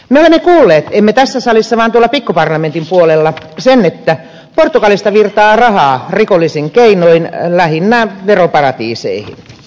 me olemme kuulleet emme tässä salissa vaan tuolla pikkuparlamentin puolella että portugalista virtaa rahaa rikollisin keinoin lähinnä veroparatiiseihin